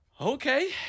Okay